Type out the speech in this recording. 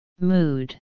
mood